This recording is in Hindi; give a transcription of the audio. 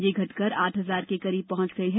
यह घटकर आठ हजार के करीब पहुंच गये हैं